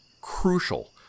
crucial